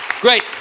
Great